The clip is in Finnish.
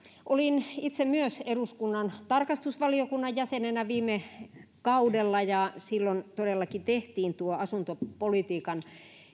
olin myös itse eduskunnan tarkastusvaliokunnan jäsenenä viime kaudella ja silloin todellakin tehtiin tuo asuntopolitiikan